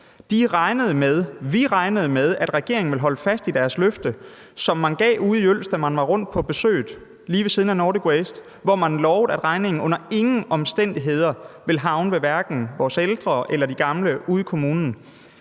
vi regnede med, at regeringen ville holde fast i deres løfte, som de gav ude i Ølst, da de var rundt på besøget lige ved siden af Nordic Waste, og hvor de lovede, at regningen under ingen omstændigheder ville havne hos hverken vores ældre eller de gamle ude i kommunen.